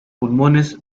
pulmones